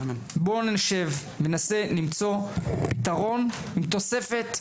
נשב, ננסה למצוא פתרון עם תוספת.